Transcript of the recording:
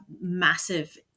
massive